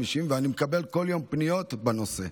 ואני מקבל כל יום פניות בנושא.